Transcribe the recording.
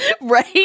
Right